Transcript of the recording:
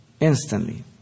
instantly